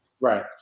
Right